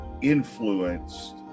influenced